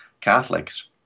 catholics